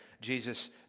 Jesus